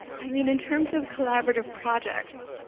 i mean, in terms of collaborative projects